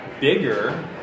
bigger